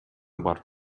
бар